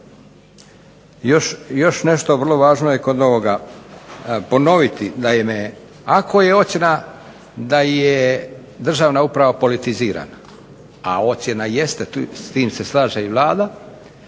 Još nešto vrlo važno je kod novoga ponoviti, naime ako je ocjena da je državna uprava politizirana, a ocjena jeste, s tim se slaže i Vlada,